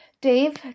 Dave